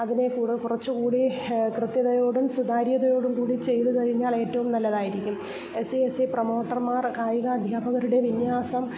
അതിനെകൂടെ കുറച്ചുകൂടി കൃത്യതയോടും സുതാര്യതയോടുംകൂടി ചെയ്തുകഴിഞ്ഞാൽ ഏറ്റവും നല്ലതായിരിക്കും എസ് സി എസ് ടി പ്രമോട്ടർമാർ കായിക അധ്യാപകരുടെ വിന്യാസം